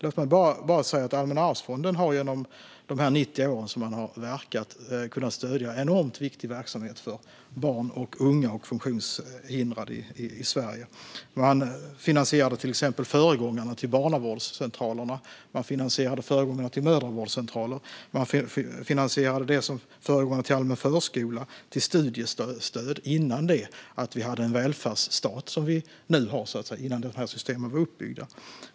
Låt mig bara säga att Allmänna arvsfonden har under de 90 år som man har verkat kunnat stödja enormt viktig verksamhet för barn, unga och funktionshindrade i Sverige. Man finansierade till exempel föregångarna till barnavårdscentralerna, mödravårdscentralerna, allmän förskola och studiestöd innan vi hade en välfärdsstat som vi nu har, alltså innan dessa system var uppbyggda.